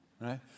right